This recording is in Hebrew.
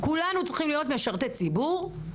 כולנו צריכים להיות משרתי ציבור,